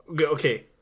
Okay